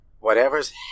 whatever's